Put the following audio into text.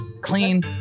clean